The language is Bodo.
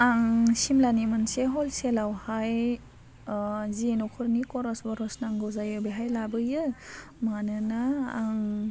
आं सिमलानि मोनसे हलसेलावहाय जि न'खरनि खरस बरस नांगौ जायो बेहाय लाबोयो मानोना आं